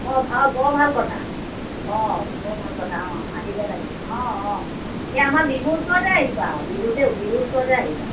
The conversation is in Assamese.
অঁ বৰ ভাল কথা অঁ বৰ ভাল কথা অঁ আহিব লাগে অঁ অঁ এই আমাৰ বিহুৰ ওচৰতে আহিবা বিহুতে বিহুৰ ওচৰতে আহিবা